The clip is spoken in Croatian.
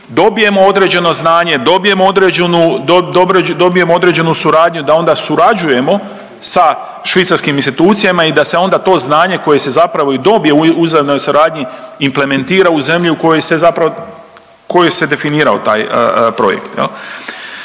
dobijemo određenu, dobijemo određenu suradnju da onda surađujemo sa švicarskim institucijama i da se onda to znanje koje se zapravo i dobije u uzajamnoj suradnji implementira u zemlje u koje se zapravo, u kojoj